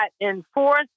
enforce